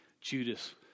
Judas